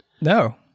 no